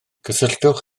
cysylltwch